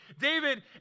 David